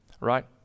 right